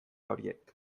horiek